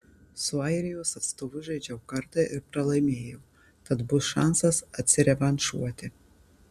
su airijos atstovu žaidžiau kartą ir pralaimėjau tad bus šansas atsirevanšuoti